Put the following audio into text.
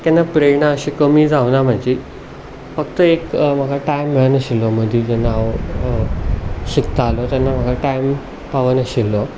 केन्ना प्रेरणा अशी कमी जावंक ना म्हजी फक्त एक म्हाका टायम मेळनाशिल्लो मदीं जेन्ना हांव शिकतालो तेन्ना म्हाका टायम पावनाशिल्लो